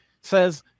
says